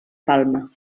palma